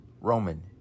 Roman